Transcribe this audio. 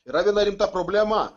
yra viena rimta problema